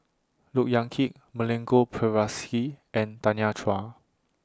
Look Yan Kit Milenko Prvacki and Tanya Chua